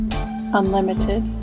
Unlimited